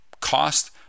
cost